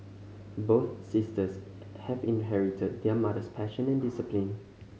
both sisters have inherited their mother's passion and discipline